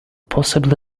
possibly